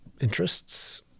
interests